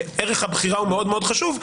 ערך הבחירה הוא מאוד מאוד חשוב,